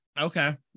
okay